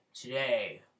today